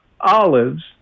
olives